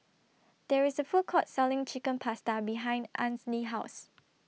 There IS A Food Court Selling Chicken Pasta behind Ainsley's House